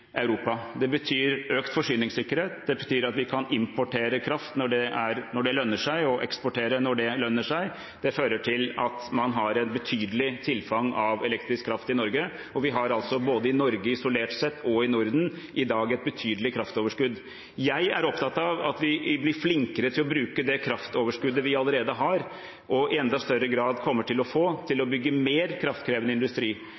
Europa. Det betyr økt forsyningssikkerhet. Det betyr at vi kan importere kraft når det lønner seg, og eksportere når det lønner seg. Det fører til at man har et betydelig tilfang av elektrisk kraft i Norge. Vi har både i Norge isolert sett og i Norden i dag et betydelig kraftoverskudd. Jeg er opptatt av at vi blir flinkere til å bruke det kraftoverskuddet vi allerede har, og i enda større grad kommer til å få, til å bygge mer kraftkrevende industri.